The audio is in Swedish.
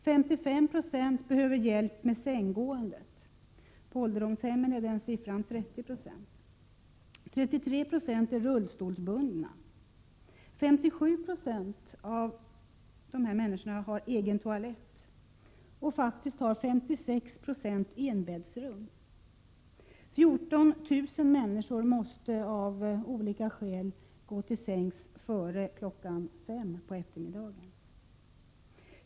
55 90 behöver hjälp med sänggåendet — på ålderdomshemmen är det 30 96. 33 70 är rullstolsbundna, 57 90 har egen toalett och 56 96 har enbäddsrum. 14 000 människor måste av olika skäl gå till sängs före kl. 5 på eftermiddagen.